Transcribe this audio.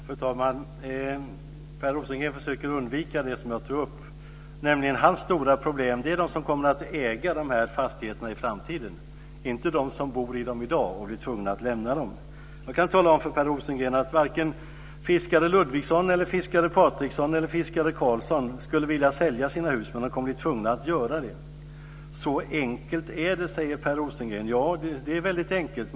Fru talman! Per Rosengren försöker undvika den fråga som jag tog upp, nämligen att hans stora problem är de som i framtiden kommer att äga de här fastigheterna, inte de som bor i dem i dag och som blir tvungna att lämna dem. Jag kan tala om för Per Rosengren att varken fiskare Ludvigsson, fiskare Patriksson eller fiskare Karlsson skulle vilja sälja sina hus men de kommer att bli tvungna att göra det. Så enkelt är det, säger Per Rosengren. Ja, det är väldigt enkelt.